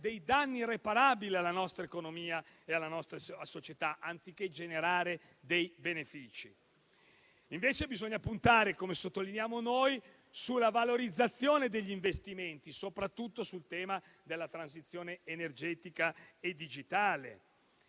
danni irreparabili alla nostra economia e alla nostra società, anziché generare benefici. Bisogna invece puntare, come sottolineiamo noi, sulla valorizzazione degli investimenti, soprattutto sul tema della transizione energetica e digitale.